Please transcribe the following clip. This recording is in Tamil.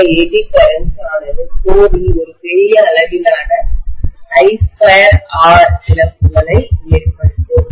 அந்த எடி கரண்ட் ஆனது கோரில் ஒரு பெரிய அளவிலான I2R இழப்புகளை ஏற்படுத்தும்